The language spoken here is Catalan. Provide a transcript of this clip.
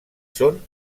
són